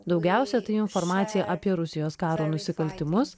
daugiausia tai informacija apie rusijos karo nusikaltimus